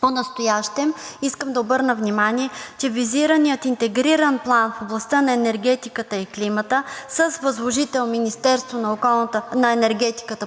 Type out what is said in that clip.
Понастоящем искам да обърна внимание, че визираният Интегриран план в областта на енергетиката и климата с възложител Министерството на енергетиката